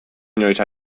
inoiz